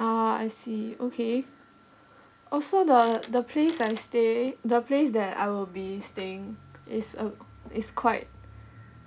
ah I see okay orh so the the place I stay the place that I will be staying is um is quite